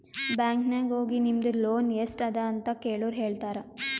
bank ನಾಗ್ ಹೋಗಿ ನಿಮ್ದು ಲೋನ್ ಎಸ್ಟ್ ಅದ ಅಂತ ಕೆಳುರ್ ಹೇಳ್ತಾರಾ